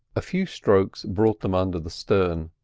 a few strokes brought them under the stern.